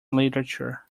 literature